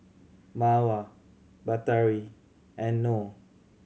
Mawar Batari and Noh